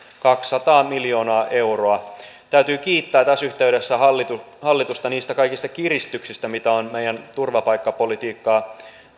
kaksisataa miljoonaa euroa täytyy kiittää tässä yhteydessä hallitusta niistä kaikista kiristyksistä mitä on meidän turvapaikkapolitiikkaan